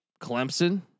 Clemson